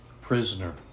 prisoner